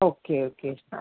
okay okay ആ